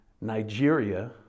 nigeria